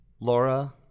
Laura